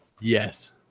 Yes